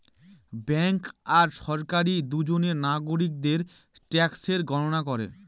bank আর সরকারি দুজনে নাগরিকদের ট্যাক্সের গণনা করে